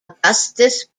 augustus